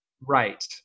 Right